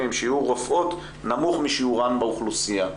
עם שיעור רופאות נמוך משיעורן באוכלוסייה.